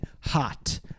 hot